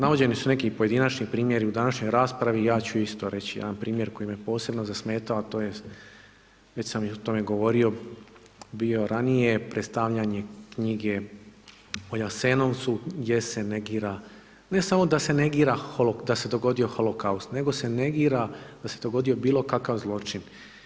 Navođeni su neki i pojedinačni primjeri u današnjoj raspravi, ja ću isto reći jedan primjer koji me posebno zasmetao, a to je već sam i o tome govorio bio ranije, predstavljanje knjige o Jasenovcu gdje se negira, ne samo da negira da se dogodio holokaust, nego se negira da se dogodio bilo kakav zločin.